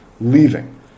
Leaving